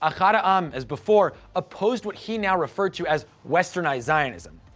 ah but um as before, opposed what he now referred to as westernized zionism.